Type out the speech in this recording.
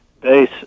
base